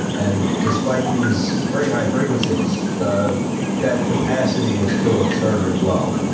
and despite these very high frequencies, the kind of capacity is still absurdly low.